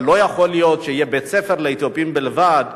לא יכול להיות שיהיה בית-ספר לאתיופים בלבד.